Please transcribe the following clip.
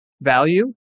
value